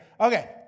Okay